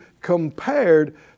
compared